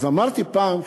אז אמרתי פעם,